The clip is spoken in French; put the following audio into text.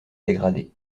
dégradé